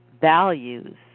values